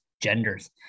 genders